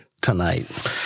tonight